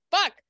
fuck